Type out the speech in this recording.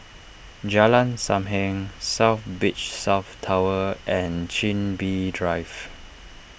Jalan Sam Heng South Beach South Tower and Chin Bee Drive